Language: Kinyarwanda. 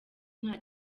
nta